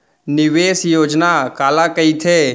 निवेश योजना काला कहिथे?